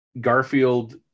Garfield